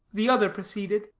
the other proceeded